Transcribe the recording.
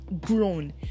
grown